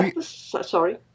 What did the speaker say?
Sorry